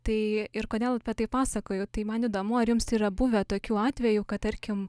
tai ir kodėl tai pasakoju tai man įdomu ar jums yra buvę tokių atvejų kad tarkim